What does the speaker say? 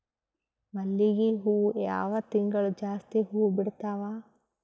ಮಲ್ಲಿಗಿ ಹೂವು ಯಾವ ತಿಂಗಳು ಜಾಸ್ತಿ ಹೂವು ಬಿಡ್ತಾವು?